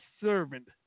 servant